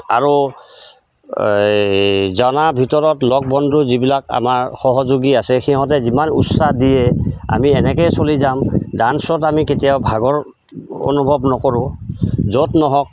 আৰু এই জনাৰ ভিতৰত লগ বন্ধু যিবিলাক আমাৰ সহযোগী আছে সিহঁতে যিমান উৎসাহ দিয়ে আমি এনেকৈয়ে চলি যাম ডান্সত আমি কেতিয়াও ভাগৰ অনুভৱ নকৰোঁ য'ত নহওক